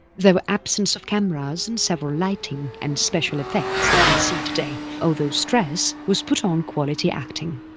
there were absence of cameras and several lighting and special effects that we see today, although stress was put on quality acting.